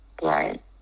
Right